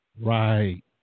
Right